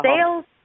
Sales